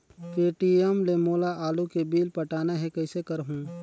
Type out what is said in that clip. Paytm ले मोला आलू के बिल पटाना हे, कइसे करहुँ?